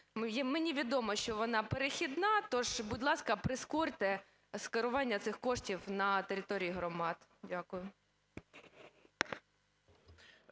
Мені відомо, що вона перехідна, тож, будь ласка, прискорте скерування цих коштів на території громад. Дякую.